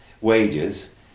wages